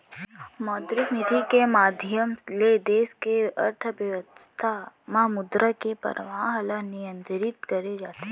मौद्रिक नीति के माधियम ले देस के अर्थबेवस्था म मुद्रा के परवाह ल नियंतरित करे जाथे